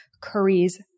curries